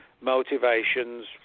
motivations